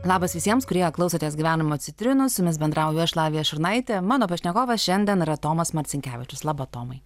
labas visiems kurie klausotės gyvenimo citrinos su jumis bendrauju aš lavija šurnaitė mano pašnekovas šiandien yra tomas marcinkevičius laba tomai